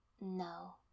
No